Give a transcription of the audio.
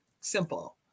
simple